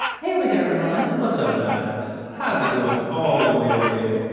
hey over there, earlonne what's up, nige. how's it going all the way over there,